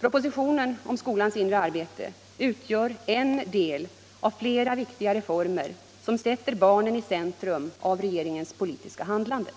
Propositionen om skolans inre arbete utgör en del av flera viktiga reformer som sätter barnen i centrum av regeringens politiska handlande.